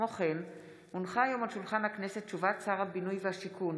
מיכל שיר סגמן,